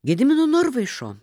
gedimino norvaišo